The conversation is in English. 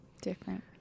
different